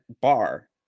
bar